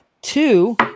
two